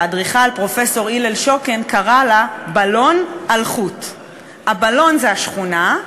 שהאדריכל פרופסור הלל שוקן קרא לה "בלון על חוט"; הבלון זה השכונה,